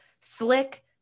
slick